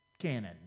canon